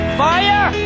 fire